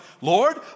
Lord